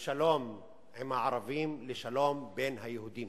משלום עם הערבים לשלום בין היהודים,